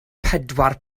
pedwar